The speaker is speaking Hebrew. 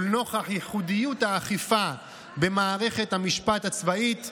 ולנוכח ייחודיות האכיפה במערכת המשפט הצבאית,